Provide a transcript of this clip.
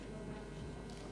אינו כאן.